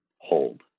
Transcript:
hold